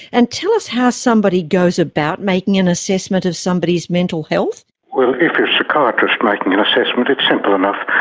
and tell us how somebody goes about making an assessment of somebody's mental health? well, if you're a psychiatrist making an assessment, it's simple enough.